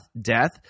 death